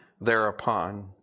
thereupon